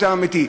יותר אמיתי.